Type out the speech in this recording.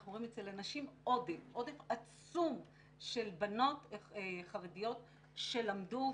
אנחנו רואים אצל הנשים עודף עצום של בנות חרדיות שלמדו,